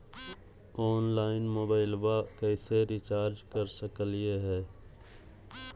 Online मोबाइलबा कैसे recharge कर सकलिए है?